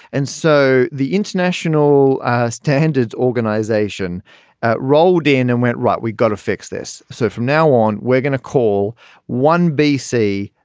and so the international standards organization rolled in and went, right, we've got to fix this so from now on, we're going to call one b c.